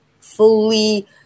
fully